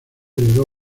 heredó